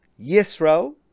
Yisro